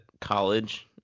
college